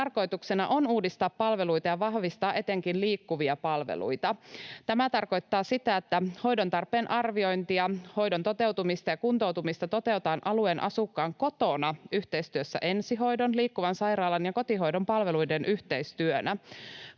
tarkoituksena on uudistaa palveluita ja vahvistaa etenkin liikkuvia palveluita. Tämä tarkoittaa sitä, että hoidon tarpeen arviointia ja hoidon toteutumista ja kuntoutumista toteutetaan alueen asukkaan kotona yhteistyössä ensihoidon, liikkuvan sairaalan ja kotihoidon palveluiden yhteistyönä.